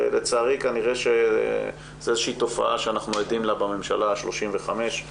ולצערי כנראה שזו איזושהי תופעה שאנחנו עדים לה בממשלה ה-35,